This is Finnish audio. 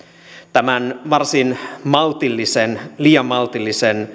tämän varsin maltillisen liian maltillisen